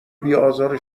بیآزار